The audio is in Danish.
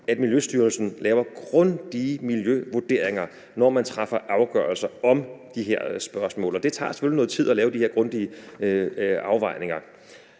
at Miljøstyrelsen laver grundige miljøvurderinger, når de træffer afgørelser om de her spørgsmål, og det tager selvfølgelig noget tid at lave de her grundige afvejninger.